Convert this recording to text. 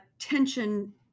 tension